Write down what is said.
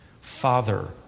Father